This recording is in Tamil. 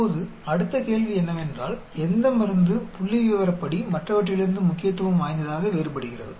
இப்போது அடுத்த கேள்வி என்னவென்றால் எந்த மருந்து புள்ளிவிவரப்படி மற்றவற்றிலிருந்து முக்கியத்துவம் வாய்ந்ததாக வேறுபடுகிறது